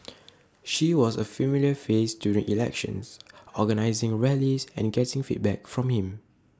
she was A familiar face during elections organising rallies and getting feedback for him